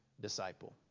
disciple